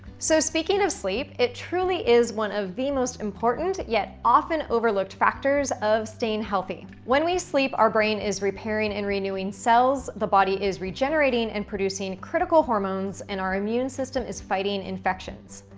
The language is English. so speaking of sleep, it truly is one of the most important yet often overlooked factors of staying healthy. when we sleep, our brain is repairing and renewing cells, the body is regenerating and producing critical hormones, and our immune system is fighting infections.